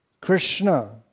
Krishna